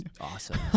awesome